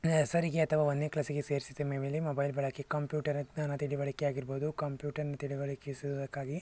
ನರ್ಸರಿಗೆ ಅಥವಾ ಒಂದನೇ ಕ್ಲಾಸಿಗೆ ಸೇರಿಸಿದ ಮೇಲೆ ಮೊಬೈಲ್ ಬಳಕೆ ಕಂಪ್ಯೂಟರ್ ಜ್ಞಾನ ತಿಳುವಳಿಕೆ ಆಗಿರ್ಬೋದು ಕಂಪ್ಯೂಟರ್ನ ತಿಳುವಳಿಕೆಸುವುದಕ್ಕಾಗಿ